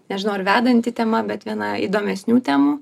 nežinau ar vedanti tema bet viena įdomesnių temų